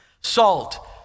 Salt